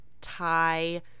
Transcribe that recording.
Thai